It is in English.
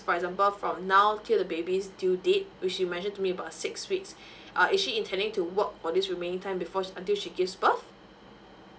for example from now till the baby's due date which you mentioned to me about six weeks uh is she intending to work for this remaining time before until she gives birth